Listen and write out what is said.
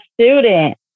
student